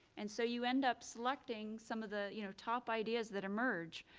and so you end up selecting some of the you know top ideas that emerge.